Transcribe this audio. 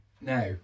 now